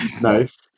Nice